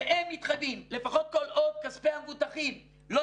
שהם מתחייבים לפחות כל עוד כספי המבוטחים לא